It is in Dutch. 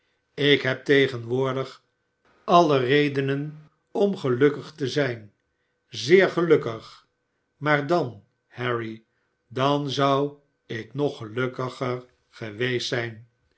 ik heb tegenwoordig alle redenen om gelukkig te zijn zeer gelukkig maar dan harry dan zou ik nog gelukkiger geweest zijn